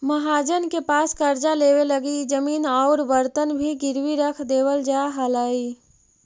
महाजन के पास कर्जा लेवे लगी इ जमीन औउर बर्तन भी गिरवी रख देवल जा हलई